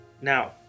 Now